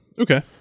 Okay